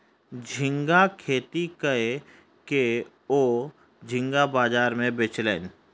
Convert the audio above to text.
झींगा खेती कय के ओ झींगा बाजार में बेचलैन